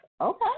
okay